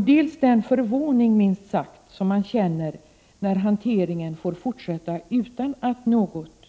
dels den förvåning, minst sagt, som man känner när hanteringen får fortsätta utan att något görs.